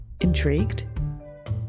Intrigued